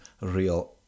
real